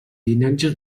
llinatge